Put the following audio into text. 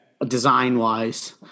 Design-wise